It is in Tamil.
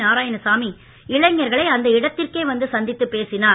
நாராயணசாமி இளைஞர்களை அந்த இடத்திற்கே வந்து சந்தித்துப் பேசினார்